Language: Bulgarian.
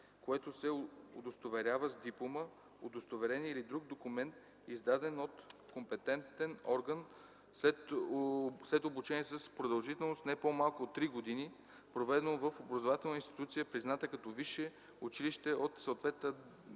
което се удостоверява с диплома, удостоверение или друг документ, издаден от компетентен орган, след обучение с продължителност, не по-малка от три години, проведено от образователна институция, призната като висше училище от съответната